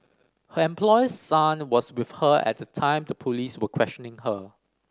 her employer's son was with her at the time the police were questioning her